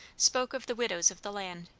spoke of the widows of the land,